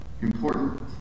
important